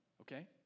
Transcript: okay